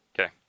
Okay